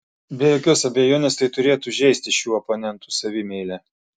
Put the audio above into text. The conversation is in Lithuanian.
be jokios abejonės tai turėtų žeisti šių oponentų savimeilę